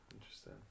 Interesting